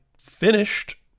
finished